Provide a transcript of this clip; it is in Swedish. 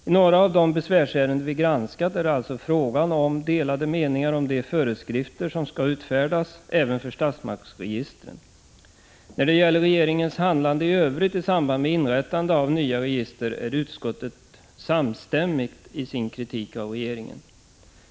I några av de besvärsärenden som vi granskat är det fråga om delade meningar om de föreskrifter som skall utfärdas även för statsmaktsregistren. När det gäller regeringens handlande i övrigt i samband med inrättande av nya register är utskottet samstämmigt i sin kritik av regeringen.